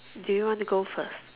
do you want to go first